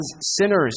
sinners